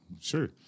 sure